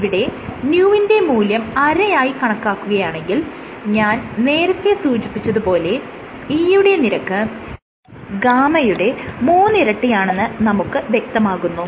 ഇവിടെ ν വിന്റെ മൂല്യം അരയായി കണക്കാക്കുകയാണെങ്കിൽ ഞാൻ നേരത്തെ സൂചിപ്പിച്ചത് പോലെ E യുടെ നിരക്ക് G യുടെ മൂന്നിരട്ടിയാണെന്ന് നമുക്ക് വ്യക്തമാകുന്നു